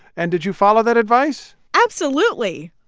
and did you follow that advice? absolutely.